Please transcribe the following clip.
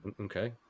Okay